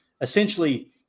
Essentially